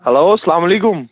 hello سلامُ علیکُم